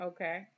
Okay